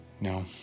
No